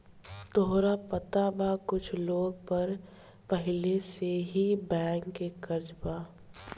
तोहरा पता बा कुछ लोग पर पहिले से ही बैंक के कर्जा बा